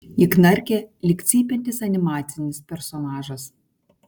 ji knarkė lyg cypiantis animacinis personažas